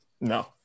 No